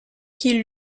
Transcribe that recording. qui